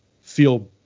feel